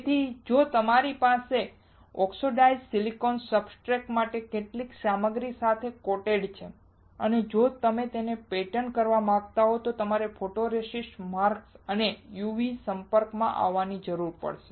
તેથી જો તમારી પાસે ઓક્સિડાઇઝ્ડ સિલિકોન સબસ્ટ્રેટ ને કેટલીક સામગ્રી સાથે કોટેડ છે અને જો તમે તેને પેટર્ન કરવા માંગો છો તો તમારે ફોટોરેસિસ્ટ માસ્ક અને UV સંપર્કમાં આવવાની જરૂર પડશે